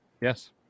Yes